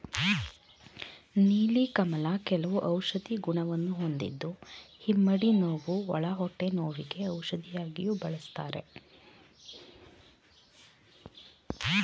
ನೀಲಿ ಕಮಲ ಕೆಲವು ಔಷಧಿ ಗುಣವನ್ನು ಹೊಂದಿದ್ದು ಇಮ್ಮಡಿ ನೋವು, ಒಳ ಹೊಟ್ಟೆ ನೋವಿಗೆ ಔಷಧಿಯಾಗಿಯೂ ಬಳ್ಸತ್ತರೆ